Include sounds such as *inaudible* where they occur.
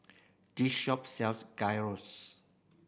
this shop sells *unintelligible*